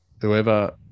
whoever –